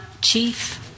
chief